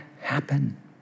happen